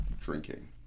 drinking